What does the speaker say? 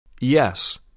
Yes